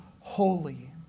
holy